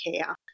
care